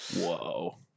Whoa